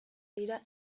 dira